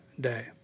day